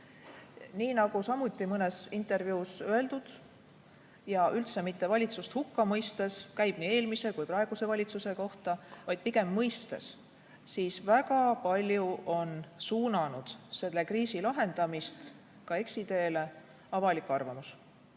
nagu mõnes intervjuus öeldud – ja üldse mitte valitsust hukka mõistes, käib nii eelmise kui praeguse valitsuse kohta, vaid pigem mõistes –, siis väga palju on selle kriisi lahendamist eksiteele suunanud